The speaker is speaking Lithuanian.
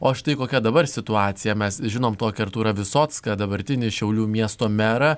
o štai kokia dabar situacija mes žinome tokį artūrą visocką dabartinį šiaulių miesto merą